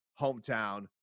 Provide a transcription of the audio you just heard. hometown